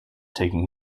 taking